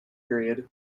period